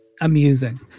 amusing